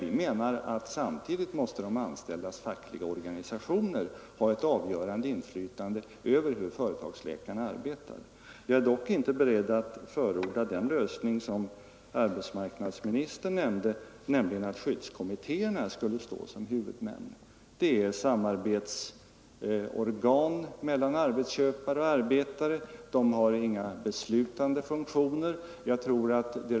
Vi menar att de anställdas fackliga organisationer samtidigt måste ha ett avgörande inflytande över Jag är däremot inte beredd att förorda den lösning som arbetsmarknadsministern nämnde, nämligen att skyddskommittéerna skulle stå som huvudmän. De är samarbetsorgan mellan arbetsköpare och arbetare, och de har inga beslutande funktioner.